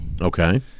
Okay